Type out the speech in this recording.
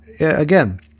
again